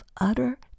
utter